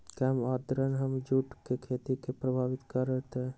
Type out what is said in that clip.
कम आद्रता हमर जुट के खेती के प्रभावित कारतै?